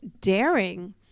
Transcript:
daring